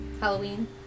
Halloween